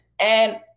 And-